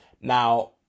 Now